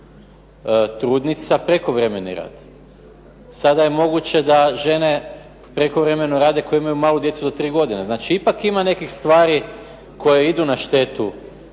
trudnica prekovremeni rad. Sada je moguće da žene prekovremeno rade koje imaju djecu do tri godine. Znači ipak ima nekih stvari koji idu na štetu